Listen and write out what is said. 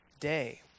day